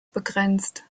begrenzt